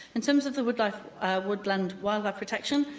in terms of the woodland woodland wildlife protection,